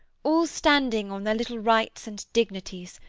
all standing on their little rights and dignities,